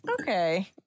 Okay